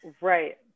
right